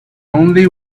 only